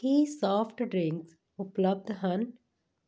ਕੀ soft drinks ਉਪਲੱਬਧ ਹਨ